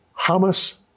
Hamas